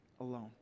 alone